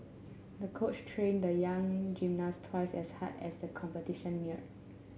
the coach trained the young gymnast twice as hard as the competition neared